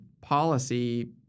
policy